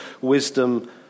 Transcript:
wisdom